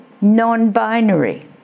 non-binary